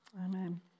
Amen